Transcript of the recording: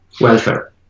welfare